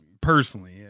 personally